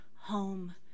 home